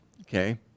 Okay